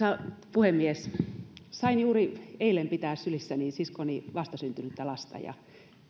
puhemies sain juuri eilen pitää sylissäni siskoni vastasyntynyttä lasta ja